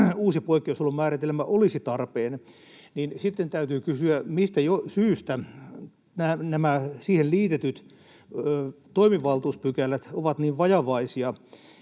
uusi poikkeus-olon määritelmä olisi tarpeen, niin sitten täytyy kysyä, mistä syystä nämä siihen liitetyt toimivaltuuspykälät ovat niin vajavaisia,